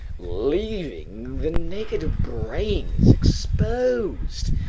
leaving the naked brains exposed,